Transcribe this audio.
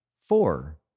four